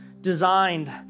designed